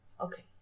okay